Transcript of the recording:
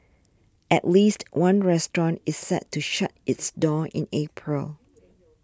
at least one restaurant is set to shut its doors in April